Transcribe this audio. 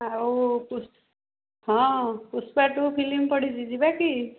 ଆଉ ପୁଷ୍ ହଁ ପୁଷ୍ପା ଟୁ ଫିଲିମ୍ ପଡ଼ିଛି ଯିବା କି